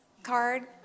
card